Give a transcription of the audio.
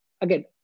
Again